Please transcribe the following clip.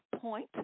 Point